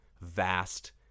vast